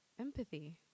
empathy